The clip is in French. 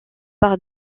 par